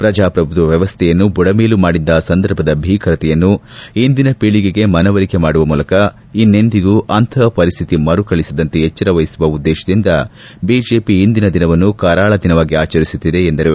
ಪ್ರಜಾಪ್ರಭುತ್ವ ಮ್ಯವಸ್ಥೆಯನ್ನು ಬುಡಮೇಲು ಮಾಡಿದ್ದ ಆ ಸಂದರ್ಭದ ಭೀಕರತೆಯನ್ನು ಇಂದಿನ ಪೀಳಿಗೆಗೆ ಮನವರಿಕೆ ಮಾಡುವ ಮೂಲಕ ಇನ್ನೆಂದಿಗೂ ಅಂತಹ ಪರಿಸ್ಥಿತಿ ಮರುಕಳಿಸದಂತೆ ಎಚ್ಚರವಹಿಸುವ ಉದ್ದೇಶದಿಂದ ಬಿಜೆಪಿ ಇಂದಿನ ದಿನವನ್ನು ಕರಾಳ ದಿನವಾಗಿ ಆಚರಿಸುತ್ತಿದೆ ಎಂದರು